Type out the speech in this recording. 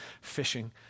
fishing